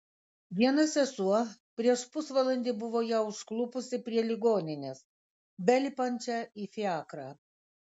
viena sesuo prieš pusvalandį buvo ją užklupusi prie ligoninės belipančią į fiakrą